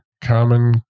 common